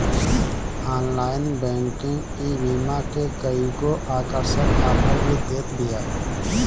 online banking ईबीमा के कईगो आकर्षक आफर भी देत बिया